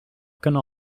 kunnen